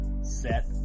set